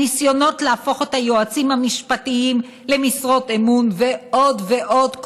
הניסיונות להפוך את היועצים המשפטיים למשרות אמון ועוד ועוד.